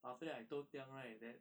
but after that I told tiang right that